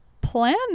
plan